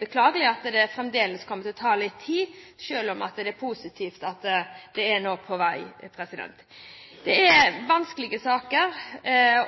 beklagelig at det fremdeles kommer til å ta litt tid, selv om det er positivt at det er noe på vei. Det er vanskelige saker,